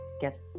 get